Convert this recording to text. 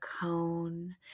cone